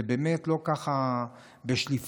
זה באמת לא ככה בשליפה.